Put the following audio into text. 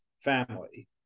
family